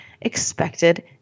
expected